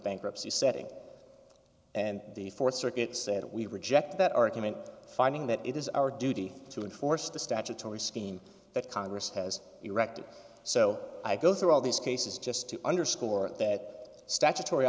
bankruptcy setting and the th circuit said we reject that argument finding that it is our duty to enforce the statutory scheme that congress has erected so i go through all these cases just to underscore that statutory